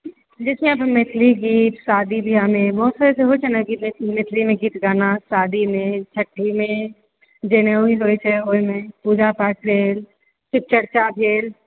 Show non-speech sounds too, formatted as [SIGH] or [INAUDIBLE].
जैसे अब हम मैथिली गीत शादी ब्याहमे [UNINTELLIGIBLE] मैथिलीमे गीत गाना शादीमे छठिमे जनेउ विध होइत छै ओहिमे पूजा पाठ भेल शिव चर्चा भेल